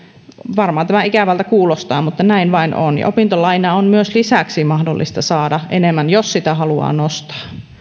varmaan tämä ikävältä kuulostaa mutta näin vain on opintolainaa on myös lisäksi mahdollista saada enemmän jos sitä haluaa nostaa